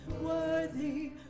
worthy